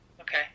Okay